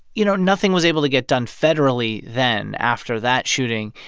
you know, nothing was able to get done federally then after that shooting.